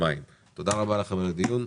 רבה לכם על הדיון.